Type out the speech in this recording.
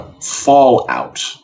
Fallout